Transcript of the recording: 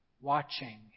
watching